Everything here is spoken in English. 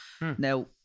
Now